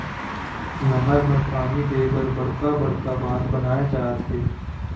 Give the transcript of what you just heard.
नहर म पानी दे बर बड़का बड़का बांध बनाए जाथे